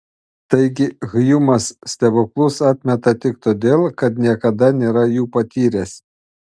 taigi hjumas stebuklus atmeta tik todėl kad niekada nėra jų patyręs